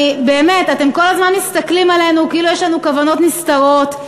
אתם כל הזמן מסתכלים עלינו כאילו יש לנו כוונות נסתרות.